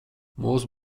mūsu